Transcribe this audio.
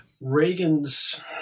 Reagan's